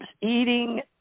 eating